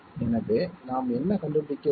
எனவே நாம் என்ன கண்டுபிடிக்க வேண்டும்